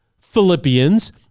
Philippians